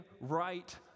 right